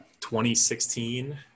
2016